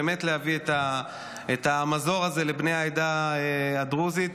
להביא את המזור הזה לבני העדה הדרוזית,